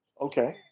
Okay